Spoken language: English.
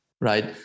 right